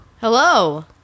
Hello